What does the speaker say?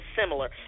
similar